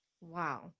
Wow